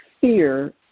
fear